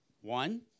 One